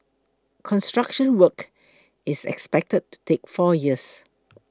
construction work is expected to take four years